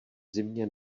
zimě